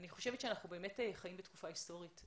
אני חושבת שאנחנו באמת חיים בתקופה היסטורית.